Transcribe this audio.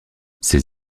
ses